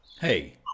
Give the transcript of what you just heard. Hey